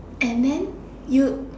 and then you